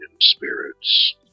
spirits